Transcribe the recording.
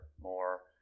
more